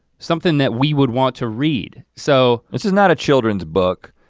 something that we would want to read. so this is not a children's book.